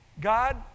God